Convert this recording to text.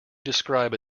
describe